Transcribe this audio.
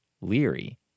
Leary